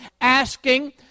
asking